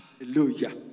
Hallelujah